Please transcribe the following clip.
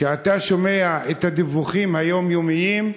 כשאתה שומע את הדיווחים היומיומיים,